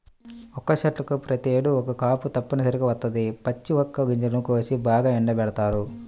వక్క చెట్లకు ప్రతేడు ఒక్క కాపు తప్పనిసరిగా వత్తది, పచ్చి వక్క గింజలను కోసి బాగా ఎండబెడతారు